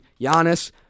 Giannis